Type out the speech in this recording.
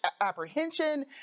apprehension